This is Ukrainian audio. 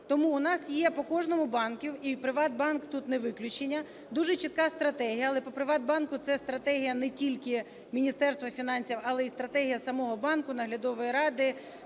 Тому у нас є по кожному банку, і "ПриватБанк" тут не виключення, дуже чітка стратегія, але по "ПриватБанку" ця стратегія не тільки Міністерства фінансів, але й стратегія самого банку, Наглядової ради